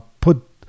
put